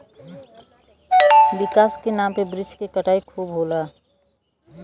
विकास के नाम पे वृक्ष के कटाई खूब होला